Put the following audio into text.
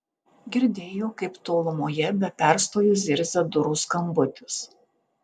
girdėjo kaip tolumoje be perstojo zirzia durų skambutis